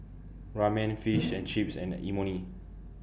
Ramen Fish and Chips and Imoni